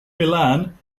milan